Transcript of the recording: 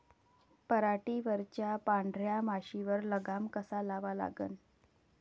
पराटीवरच्या पांढऱ्या माशीवर लगाम कसा लावा लागन?